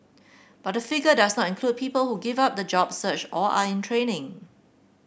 but the figure does not include people who give up the job search or are in training